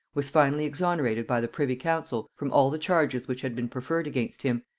was finally exonerated by the privy-council from all the charges which had been preferred against him,